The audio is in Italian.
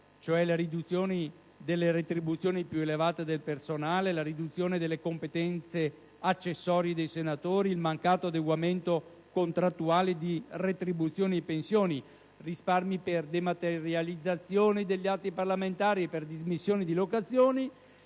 2010 (riduzione delle retribuzioni più elevate del personale, riduzione delle competenze accessorie dei senatori, mancato adeguamento contrattuale di retribuzioni e pensioni, risparmi per dematerializzazioni degli atti parlamentari e per dismissione di locazioni)